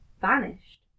vanished